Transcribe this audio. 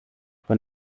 von